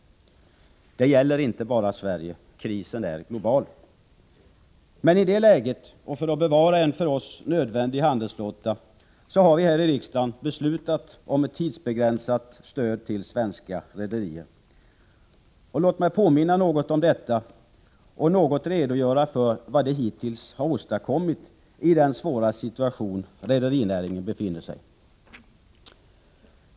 Det gäller inte bara Sverige. Krisen är global. I detta läge — och för att bevara en för oss nödvändig handelsflotta — har vi här i riksdagen beslutat om ett tidsbegränsat stöd till svenska rederier. Låt mig påminna om detta och något redogöra för vad det hittills har åstadkommit i den svåra situation som rederinäringen befinner sig i.